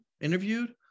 interviewed